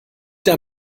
der